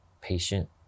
patient